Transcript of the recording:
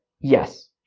yes